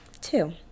two